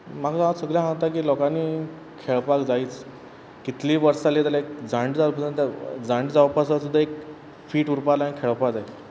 म्हाका हांव सगल्या सांगता की लोकांनी खेळपाक जायच कितलीं वोर्स जालीं जाल्या जाण्ट जाल पासून जाता जाण्ट जावपाचो सुद्दां एक फीट उरपा लायक खेळपा जाय